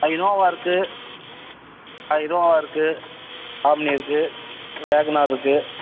Innova இருக்குது ஆ Innova இருக்குது ஆம்னி இருக்குது வேகன் ஆர் இருக்குது